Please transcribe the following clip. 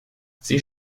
sie